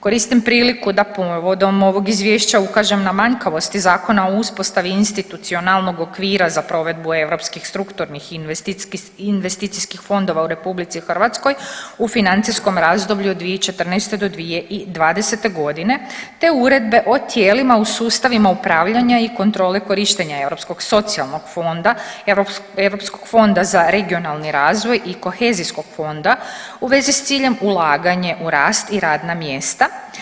Koristim priliku da povodom ovog izvješća ukažem na manjkavosti Zakona o uspostavi institucionalnog okvira za provedbu europskih strukturnih investicijskih fondova u Republici Hrvatskoj u financijskom razdoblju od 2014. do 2020. godine, te uredbe o tijelima u sustavima upravljanja i kontrole korištenja Europskog socijalnog fonda, Europskog fonda za regionalni razvoj i kohezijskog fonda u vezi s ciljem ulaganje u rast i radna mjesta.